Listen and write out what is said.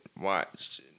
watched